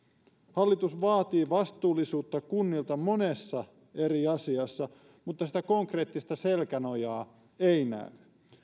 hallitus vaatii vastuullisuutta kunnilta monessa eri asiassa mutta sitä konkreettista selkänojaa ei näy